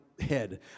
head